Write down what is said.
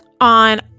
On